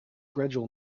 gradual